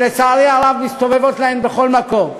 שלצערי הרב מסתובבות להן בכל מקום.